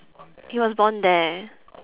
he was born there